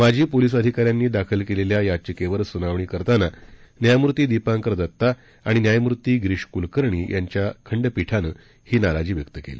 माजी पोलिस अधिकाऱ्यांनी दाखल केलेल्या याचिकेवर सुनावणी करताना न्यायमूर्ती दीपांकर दत्ता आणि न्यायमूर्ती गिरीश कुलकर्णी यांच्या खंडपीठानं ही नाराजी व्यक्त केली